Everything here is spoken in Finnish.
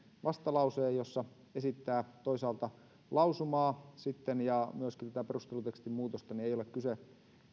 vastalauseen jossa esittää toisaalta lausumaa sitten ja myöskin tätä perustelutekstin muutosta ei ole kyse